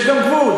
יש גם גבול.